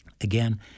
Again